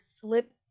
slip